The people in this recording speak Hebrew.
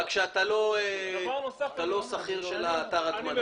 רק אתה לא שכיר של אתר ההטמנה.